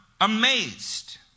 amazed